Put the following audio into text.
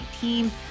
team